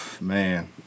man